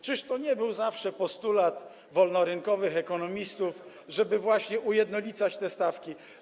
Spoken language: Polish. Czyż to nie był zawsze postulat wolnorynkowych ekonomistów, żeby właśnie ujednolicać te stawki?